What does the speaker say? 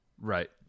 right